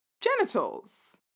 Genitals